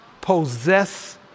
Possess